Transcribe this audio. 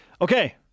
Okay